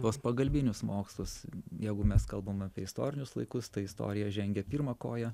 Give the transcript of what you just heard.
tuos pagalbinius mokslus jeigu mes kalbam apie istorinius laikus tai istorija žengia pirma koja